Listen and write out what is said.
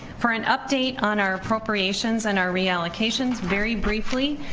for an update on our appropriations and our reallocations, very briefly,